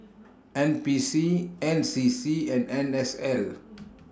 N P C N C C and N S L